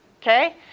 okay